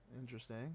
Interesting